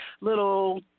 little